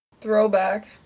Throwback